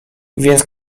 więc